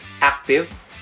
active